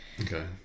Okay